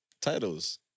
titles